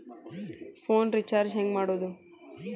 Phone recharge ಹೆಂಗೆ ಮಾಡೋದು?